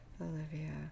olivia